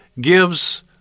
gives